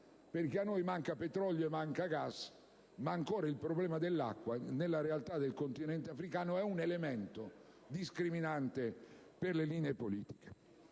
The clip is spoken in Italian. A noi mancano petrolio e gas, ma il problema dell'acqua nella realtà del continente africano è ancora un elemento discriminante per le linee politiche.